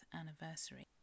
anniversary